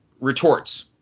retorts